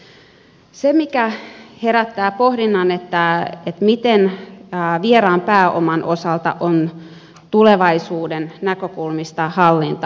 se mikä herättää pohdinnan on se miten vieraan pääoman osalta on tulevaisuuden näkökulmista hallintaa